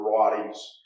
varieties